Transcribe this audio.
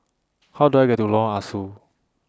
How Do I get to Lorong Ah Soo